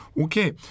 Okay